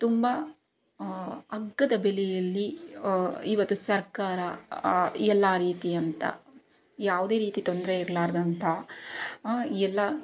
ತುಂಬ ಅಗ್ಗದ ಬೆಲೆಯಲ್ಲಿ ಇವತ್ತು ಸರ್ಕಾರ ಎಲ್ಲ ರೀತಿಯಂಥ ಯಾವುದೇ ರೀತಿ ತೊಂದರೆ ಇರ್ಲಾರದಂಥ ಎಲ್ಲ